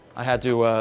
i had to